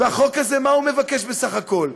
ומה החוק הזה מבקש, בסך הכול?